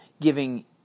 giving